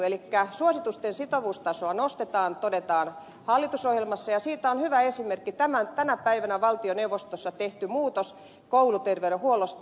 elikkä suositusten sitovuustasoa nostetaan todetaan hallitusohjelmassa ja siitä on hyvä esimerkki tänä päivänä valtioneuvostossa tehty muutos kouluterveydenhuollosta